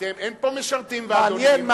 אין פה משרתים ואדונים.